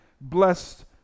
blessed